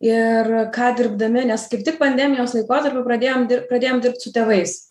ir ką dirbdami nes kaip tik pandemijos laikotarpiu pradėjom pradėjom dirbt su tėvais